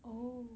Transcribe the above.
oh